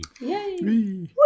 Yay